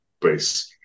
base